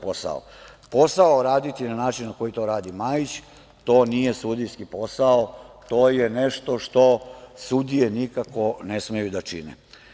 Posao raditi na način na koji to radi Majić, to nije sudijski posao, to je nešto što sudije nikako ne smeju da čine.